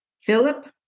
Philip